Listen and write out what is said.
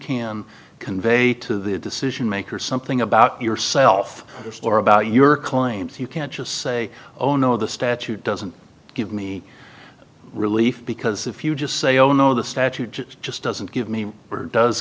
can convey to the decision maker something about yourself or about your claims you can't just say oh no the statute doesn't give me relief because if you just say oh no the statute just doesn't give me or does